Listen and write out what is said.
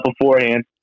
beforehand